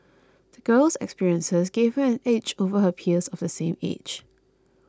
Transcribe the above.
the girl's experiences gave her an edge over her peers of the same age